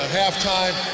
halftime